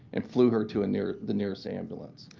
and flew her to a near the nearest ambulance.